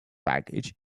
baggage